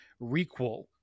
requel